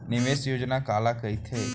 निवेश योजना काला कहिथे?